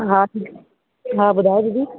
हा ठीकु हा ॿुधायो दीदी